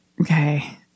Okay